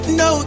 no